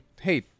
hey